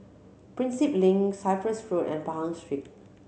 Prinsep Link Cyprus Road and Pahang Street